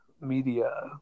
media